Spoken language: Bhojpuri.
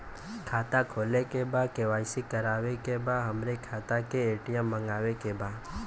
खाता खोले के बा के.वाइ.सी करावे के बा हमरे खाता के ए.टी.एम मगावे के बा?